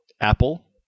Apple